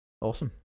awesome